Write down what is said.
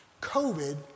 COVID